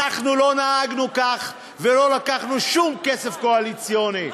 אנחנו לא נהגנו כך ולא לקחנו שום כסף קואליציוני,